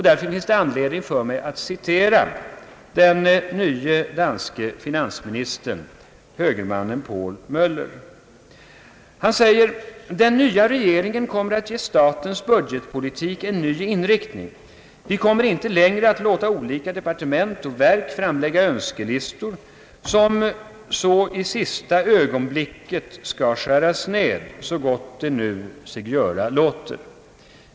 Därför finns det anledning för mig att citera den nye danske finansministern, högermannen Poul Mgller: »Den nya regeringen kommer att ge statens budgetpolitik en ny inriktning. Vi kommer icke längre att låta olika departement och verk framlägga önskelistor, som så i sista ögonblicket skall skäras ned — så gott det nu sig göra låter.